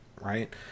right